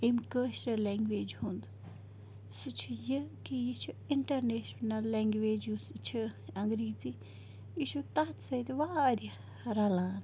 أمۍ کٲشِرِ لٮ۪نٛگویج ہُنٛد سُہ چھُ یہِ کہِ یہِ چھِ اِنٛٹَرنیشنَل لٮ۪نٛگویج یُس چھِ اَنٛگریٖزی یہِ چھُ تَتھ سۭتۍ واریاہ رَلان